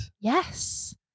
Yes